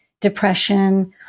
depression